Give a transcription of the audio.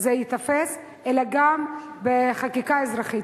זה ייתפס, אלא גם בחקיקה אזרחית.